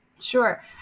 Sure